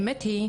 האמת היא,